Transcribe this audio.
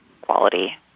quality